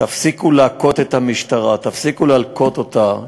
תפסיקו להכות את המשטרה, תפסיקו להלקות אותה.